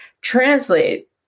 translate